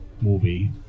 movie